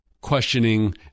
questioning